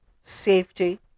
Safety